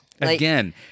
Again